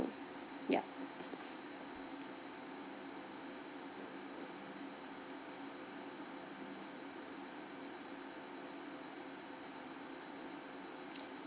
ya